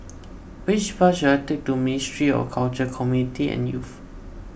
which bus should I take to Ministry of Culture Community and Youth